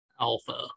Alpha